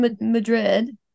Madrid